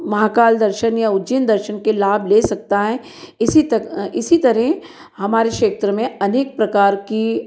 महाकाल दर्शन या उज्जैन दर्शन का लाभ ले सकता है इसी तक इसी तरह हमारे क्षेत्र में अनेक प्रकार की